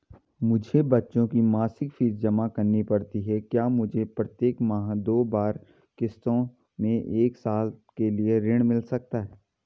मुझे बच्चों की मासिक फीस जमा करनी पड़ती है क्या मुझे प्रत्येक माह में दो बार किश्तों में एक साल के लिए ऋण मिल सकता है?